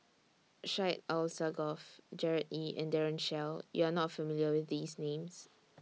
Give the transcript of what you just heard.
Syed Alsagoff Gerard Ee and Daren Shiau YOU Are not familiar with These Names